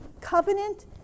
covenant